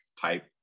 type